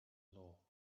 law